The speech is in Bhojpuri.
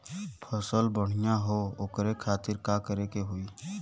फसल बढ़ियां हो ओकरे खातिर का करे के होई?